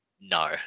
no